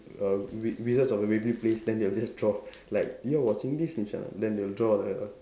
err wi~ Wizards of the Waverly Place then they will just draw like you are watching Disney channel then they will draw the